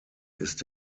ist